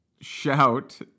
shout